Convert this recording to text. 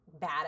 bad